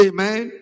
Amen